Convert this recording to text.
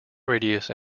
radius